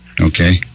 Okay